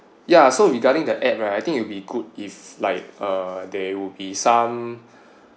ya so regarding the app right I think it'll be good if like uh there will be some